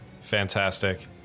Fantastic